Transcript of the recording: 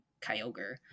Kyogre